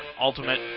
Ultimate